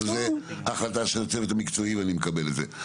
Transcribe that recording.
אבל זו החלטה של הצוות המקצועי ואני מקבל את זה.